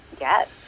Yes